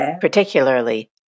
particularly